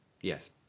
Yes